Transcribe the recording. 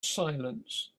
silence